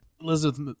elizabeth